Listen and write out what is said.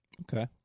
Okay